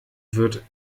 wird